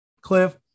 Cliff